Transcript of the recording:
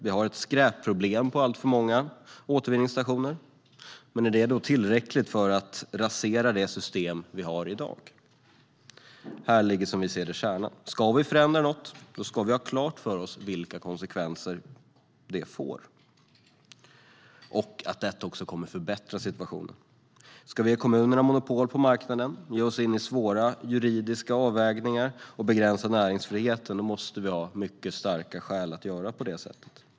Vi har ett skräpproblem på alltför många återvinningsstationer, men är det då tillräckligt för att rasera det system vi har i dag? Här ligger, som Sverigedemokraterna ser det, kärnan. Om vi ska förändra något ska vi ha klart för oss vilka konsekvenser det får och att detta kommer att förbättra situationen. Om vi ska ge kommunerna monopol på marknaden, ge oss in i svåra juridiska avvägningar och begränsa näringsfriheten måste vi ha mycket starka skäl att göra på det sättet.